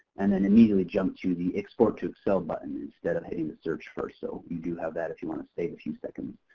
and then immediately jumped to the export to excel button instead of hitting the search first. so you do have that if you want to save a few seconds.